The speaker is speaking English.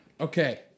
Okay